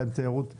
הם תיירות חוץ.